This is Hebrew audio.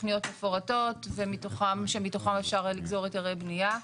תכניות מפורטות שמתוכן אפשר לגזור היתרי בניה.